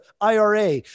IRA